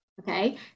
Okay